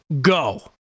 Go